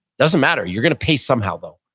doesn't matter. you're going to pay somehow though.